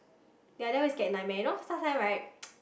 ya then we get nightmare you know sometimes right